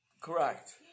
Correct